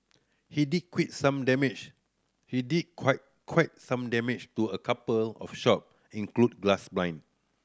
he did quit some damage he did quite quite some damage to a couple of shop include glass blind